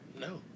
No